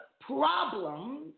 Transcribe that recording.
problems